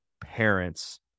parents